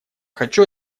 хочу